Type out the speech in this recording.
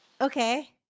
Okay